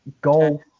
golf